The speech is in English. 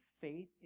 faith